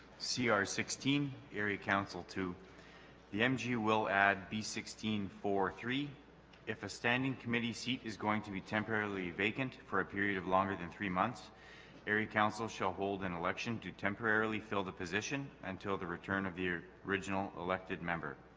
see our sixteen area council to the mg will ad be sixteen four three if a standing committee seat is going to temporarily vacant for a period of longer than three months arrey council shall hold an election to temporarily fill the position until the return of the original elected member